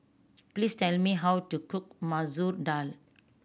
please tell me how to cook Masoor Dal